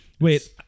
Wait